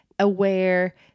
aware